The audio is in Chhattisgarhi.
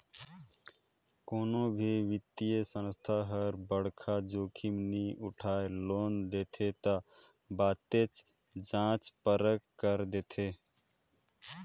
कोनो भी बित्तीय संस्था हर बड़खा जोखिम नी उठाय लोन देथे ता बतेच जांच परख कर देथे